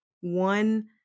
one